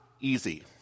easy